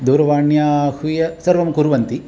दूरवाण्या आहूय सर्वं कुर्वन्ति